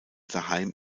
daheim